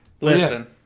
Listen